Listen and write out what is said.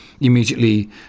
immediately